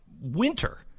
winter